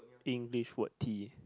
English word tea